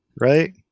right